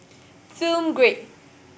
Film Grade